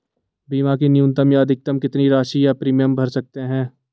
बीमा की न्यूनतम या अधिकतम कितनी राशि या प्रीमियम भर सकते हैं?